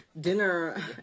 dinner